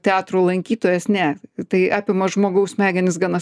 teatrų lankytojas ne tai apima žmogaus smegenis gana